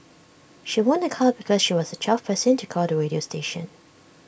she won A car because she was the twelfth person to call the radio station